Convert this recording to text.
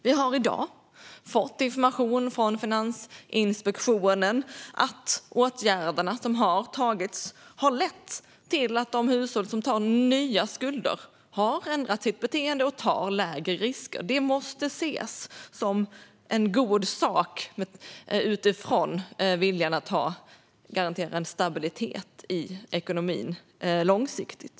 Vi har i dag fått information från Finansinspektionen om att de åtgärder som vidtagits har lett till att de hushåll som tar på sig nya skulder har ändrat sitt beteende och tar lägre risker. Det måste ses som en god sak utifrån viljan att garantera stabilitet i ekonomin långsiktigt.